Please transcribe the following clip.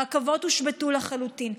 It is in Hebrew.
הרכבות הושבתו לחלוטין.